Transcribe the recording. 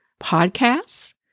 podcasts